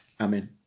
Amen